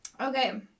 Okay